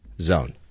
zone